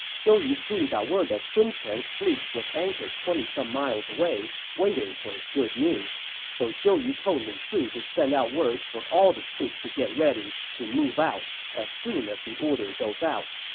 zhou yu soon got word that sun quan's fleet was anchored twenty some miles away, waiting for his good news. so zhou yu told lu su to send out word for all the troops to get ready to move out as soon as the order goes out.